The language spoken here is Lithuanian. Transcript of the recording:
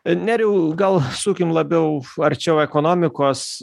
nerijau gal sukim labiau arčiau ekonomikos